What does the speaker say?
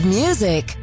music